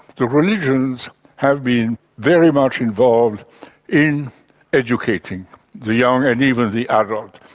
the religions have been very much involved in educating the young and even the adult.